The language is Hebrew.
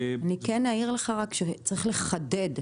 אני כן אעיר לך רק שצריך לחדד,